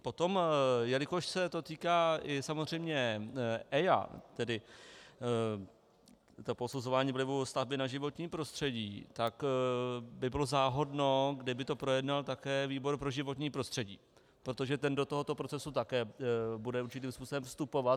Potom, jelikož se to týká samozřejmě EIA, tedy posuzování vlivu stavby na životní prostředí, tak by bylo záhodno, kdyby to projednal také výbor pro životní prostředí, protože ten do tohoto procesu také bude určitým způsobem vstupovat.